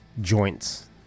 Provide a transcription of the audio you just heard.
joints